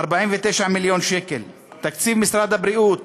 49 מיליון שקל, תקציב משרד הבריאות,